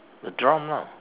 the drum lah